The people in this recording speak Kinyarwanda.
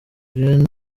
gen